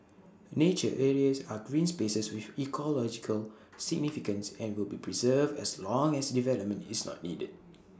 nature areas are green spaces with ecological significance and will be preserved as long as development is not needed